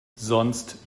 sonst